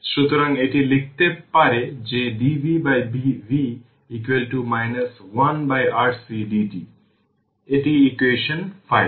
সুতরাং এটি লিখতে পারে যে dvv 1RC dt এটি ইকুয়েশন 5